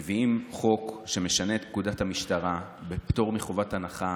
מביאים חוק שמשנה את פקודת המשטרה בפטור מחובת הנחה,